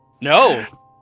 No